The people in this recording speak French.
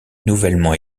nouvellement